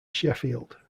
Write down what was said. sheffield